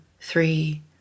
three